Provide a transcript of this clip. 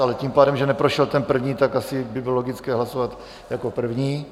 Ale tím pádem, že neprošel ten první, tak asi by bylo logické hlasovat jako první.